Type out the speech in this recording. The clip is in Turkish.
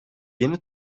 yeni